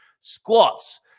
Squats